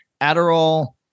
Adderall